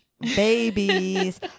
babies